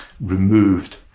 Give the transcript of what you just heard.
removed